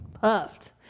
puffed